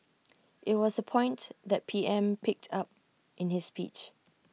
IT was A point the P M picked up in his speech